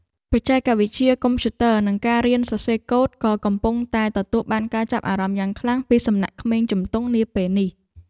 បច្ចេកវិទ្យាកុំព្យូទ័រនិងការរៀនសរសេរកូដក៏កំពុងតែទទួលបានការចាប់អារម្មណ៍យ៉ាងខ្លាំងពីសំណាក់ក្មេងជំទង់នាពេលនេះ។